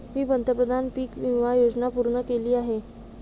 मी प्रधानमंत्री पीक विमा योजना पूर्ण केली आहे